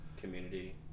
community